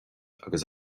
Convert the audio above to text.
agus